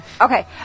Okay